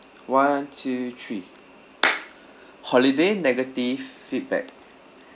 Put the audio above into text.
one two three holiday negative feedback